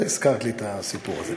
הזכרת לי את הסיפור הזה.